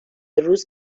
روز